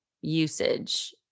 usage